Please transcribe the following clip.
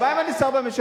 אז מה אם אני שר בממשלה,